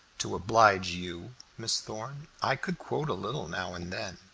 to oblige you, miss thorn, i could quote a little now and then,